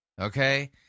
okay